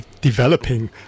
developing